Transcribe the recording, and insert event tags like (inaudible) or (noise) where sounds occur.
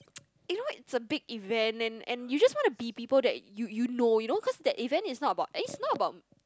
(noise) you know right it's a big event and and you just want be people that you you know you know cause that event is not about it's not about